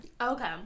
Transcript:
Okay